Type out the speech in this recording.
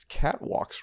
catwalks